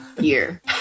year